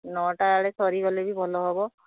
ନଅଟାବେଳେ ସରିଗଲେ ବି ଭଲ ହେବ